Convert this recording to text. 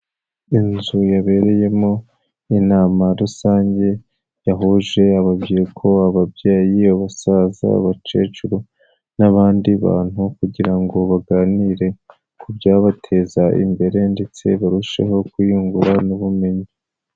Inzu yabereyemo inama rusange yahuje urubyiruko, ababyeyi, abasaza, abakecuru n'abandi bantu, kugira ngo baganire ku byabateza imbere ndetse barusheho kwiyungura n'ubumenyi.